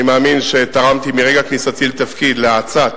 אני מאמין שתרמתי מרגע כניסתי לתפקיד להאצת